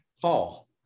fall